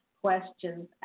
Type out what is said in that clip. questions